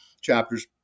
chapter's